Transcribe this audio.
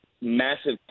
massive